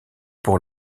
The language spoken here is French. pour